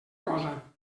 cosa